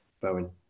Bowen